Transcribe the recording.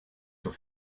zur